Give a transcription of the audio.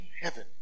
heaven